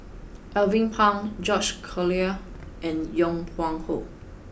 Alvin Pang George Collyer and Yong Pung How